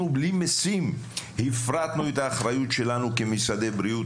מבלי משים הפרטנו את האחריות שלנו כמשרדי בריאות,